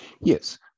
Yes